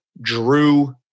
Drew